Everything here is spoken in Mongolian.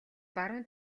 баруун